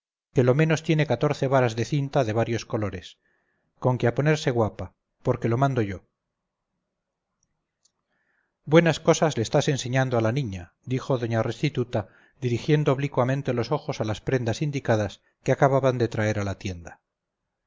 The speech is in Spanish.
que lo menos tiene catorce varas de cinta de varios colores conque a ponerse guapa porque lo mando yo buenas cosas le estás enseñando a la niña dijo doña restituta dirigiendo oblicuamente los ojos a las prendas indicadas que acababan de traer a la tienda